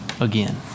again